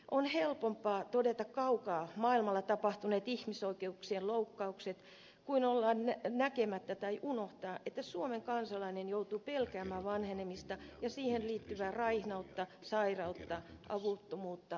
on helpompaa todeta kaukaa maailmalla tapahtuneet ihmisoikeuksien loukkaukset kuin nähdä tai muistaa että suomen kansalainen joutuu pelkäämään vanhenemista ja siihen liittyvää raihnautta sairautta avuttomuutta